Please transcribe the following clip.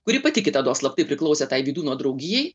kuri pati kitados slaptai priklausė tai vydūno draugijai